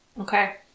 Okay